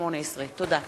תודה רבה.